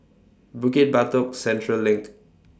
Bukit Batok Central LINK